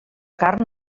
carn